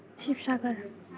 Sivasagar